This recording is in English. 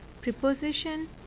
preposition